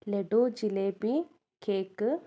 laddu jalebi cake